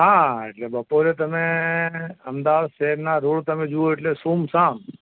હા એટલે બપોરે તમે અમદાવાદ શહેરના રોડ તમે જુઓ એટલે સુમસામ